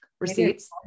receipts